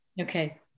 Okay